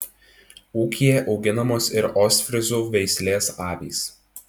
ūkyje auginamos ir ostfryzų veislės avys